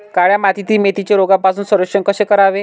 काळ्या मातीतील मेथीचे रोगापासून संरक्षण कसे करावे?